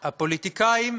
הפוליטיקאים,